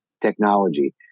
technology